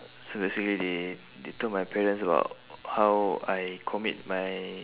so basically they they told my parents about how I commit my